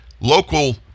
local